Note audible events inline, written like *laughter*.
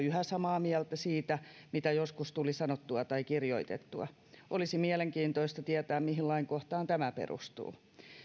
*unintelligible* yhä samaa mieltä siitä mitä joskus tuli sanottua tai kirjoitettua olisi mielenkiintoista tietää mihin lainkohtaan tämä perustuu